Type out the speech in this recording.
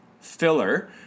filler